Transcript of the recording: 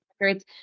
records